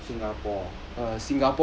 singapore